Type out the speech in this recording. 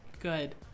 good